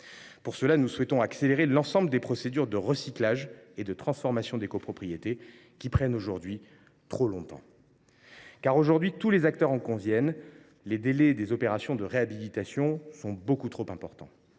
Pour cela, nous souhaitons accélérer l’ensemble des procédures de recyclage et de transformation des copropriétés, qui prennent aujourd’hui trop de temps. En effet, aujourd’hui, tous les acteurs en conviennent, les délais des opérations de réhabilitation sont beaucoup trop importants.